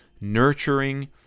nurturing